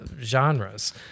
genres